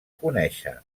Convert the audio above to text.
conèixer